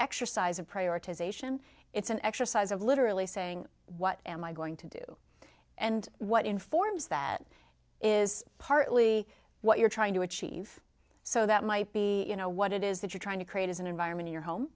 exercise of prioritization it's an exercise of literally saying what am i going to do and what informs that is partly what you're trying to achieve so that might be you know what it is that you're trying to create as an environment in your home